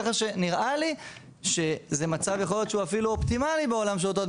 כך שנראה לי שזה מצב אופטימלי בעולם שאותו את